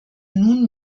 nun